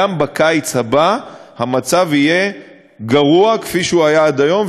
גם בקיץ הבא המצב יהיה גרוע כפי שהוא היה עד היום.